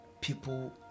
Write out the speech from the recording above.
people